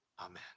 amen